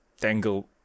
tangle